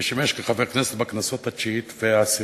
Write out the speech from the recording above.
ושימש כחבר כנסת בכנסות התשיעית והעשירית.